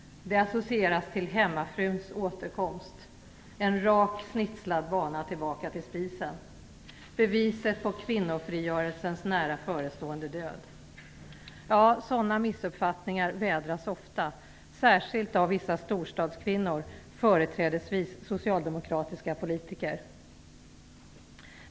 Det associeras till hemmafruns återkomst, en rak snitslad bana tillbaka till spisen - beviset på kvinnofrigörelsens nära förestående död. Sådana missuppfattningar vädras ofta, särskilt av vissa storstadskvinnor och företrädesvis socialdemokratiska politiker.